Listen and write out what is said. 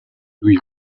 new